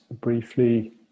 briefly